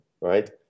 Right